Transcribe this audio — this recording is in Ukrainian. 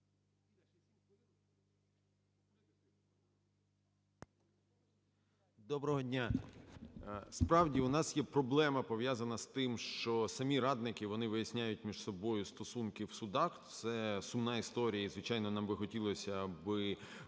Доброго дня. Справді у нас є проблема пов'язана з тим, що самі радники, вони виясняють між собою стосунки в судах. Це сумна історія. І звичайно, нам би хотілося би,